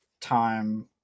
time